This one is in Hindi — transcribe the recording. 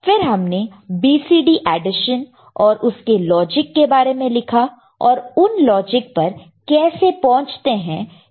फिर हमने BCD एडिशन और उसके लॉजिक के बारे में लिखा और उन लॉजिक पर कैसे पहुंचते हैं यह भी देखा